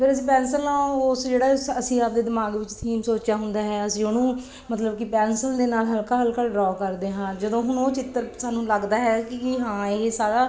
ਫਿਰ ਅਸੀਂ ਪੈਨਸਲ ਨਾਲ ਉਸ ਜਿਹੜਾ ਅਸੀਂ ਆਪਣੇ ਦਿਮਾਗ ਵਿੱਚ ਸੀਨ ਸੋਚਿਆ ਹੁੰਦਾ ਹੈ ਅਸੀਂ ਉਹਨੂੰ ਮਤਲਬ ਕਿ ਪੈਨਸਲ ਦੇ ਨਾਲ ਹਲਕਾ ਹਲਕਾ ਡਰੋਅ ਕਰਦੇ ਹਾਂ ਜਦੋਂ ਹੁਣ ਉਹ ਚਿੱਤਰ ਸਾਨੂੰ ਲੱਗਦਾ ਹੈ ਕਿ ਹਾਂ ਇਹ ਸਾਰਾ